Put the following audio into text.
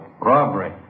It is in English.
Robbery